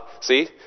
see